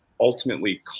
ultimately